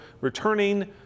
returning